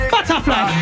Butterfly